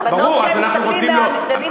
שלא יראו אותם בנוף שהם רואים מהמגדלים היפים שלהם.